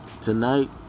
tonight